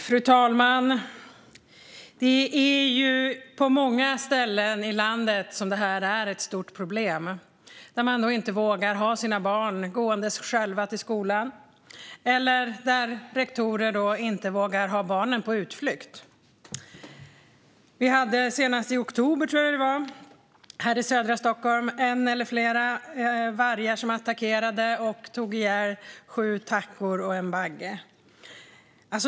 Fru talman! Det är på många ställen i landet som det här är ett stort problem. Människor vågar inte låta sina barn gå till skolan själva, och rektorer vågar inte ha barnen på utflykt. Senast i oktober, tror jag det var, hade vi i södra Stockholm en eller flera vargar som attackerade och hade ihjäl sju tackor och en bagge.